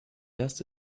erste